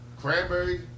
cranberry